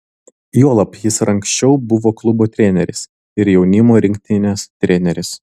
juolab jis ir anksčiau buvo klubo treneris ir jaunimo rinktinės treneris